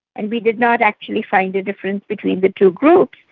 and we did not actually find a difference between the two groups.